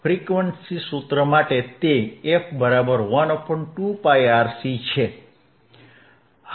frequency સૂત્ર માટે તે f 12πRC છે